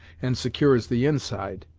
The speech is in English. and secures the inside.